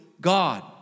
God